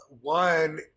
one